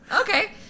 Okay